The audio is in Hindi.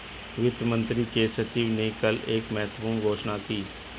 वित्त मंत्री के सचिव ने कल एक महत्वपूर्ण घोषणा की